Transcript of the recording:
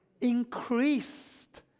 increased